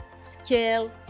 scale